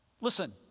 Listen